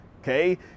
okay